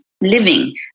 living